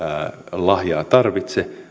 lahjaa tarvitse